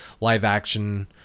live-action